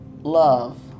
love